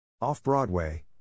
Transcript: Off-Broadway